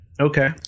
Okay